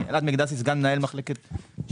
אני אלעד מקדסי, סגן מנהל מחלקת שווקים.